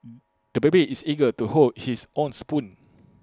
the baby is eager to hold his own spoon